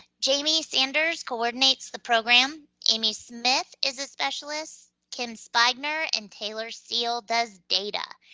jamie sanders coordinates the program. amy smith is a specialist, kim spigener and taylor seale does data.